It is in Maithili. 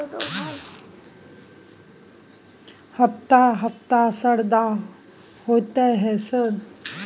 हफ्ता हफ्ता शरदा होतय है सर?